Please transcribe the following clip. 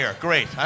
Great